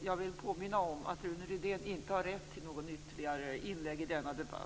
Jag vill påpeka att det nu inte finns rätt för inlägg för någon annan av ledamöterna enligt de regler vi har.